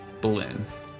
balloons